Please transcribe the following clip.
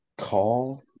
call